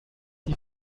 die